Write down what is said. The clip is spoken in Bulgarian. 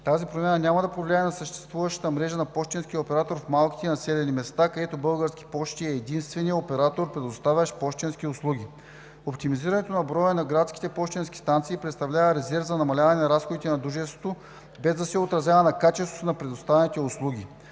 Тази програма няма да повлияе на съществуващата мрежа на пощенския оператор в малките населени места, където „Български пощи“ е единственият оператор, предоставящ пощенски услуги. Оптимизирането на броя на градските пощенски станции представлява резерв за намаляване разходите на дружеството, без да се отразява на качеството на предоставяните услуги.